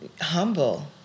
humble